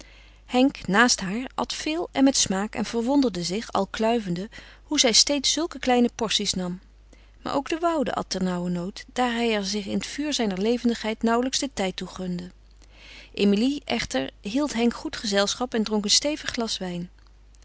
henk naast haar at veel en met smaak en verwonderde zich al kluivende hoe zij steeds zulke kleine porties nam maar ook de woude at ternauwernood daar hij er zich in het vuur zijner levendigheid nauwlijks den tijd toe gunde emilie echter hield henk goed gezelschap en dronk een stevig glas wijn